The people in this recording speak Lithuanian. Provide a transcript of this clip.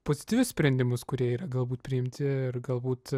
pozityvius sprendimus kurie yra galbūt priimti ir galbūt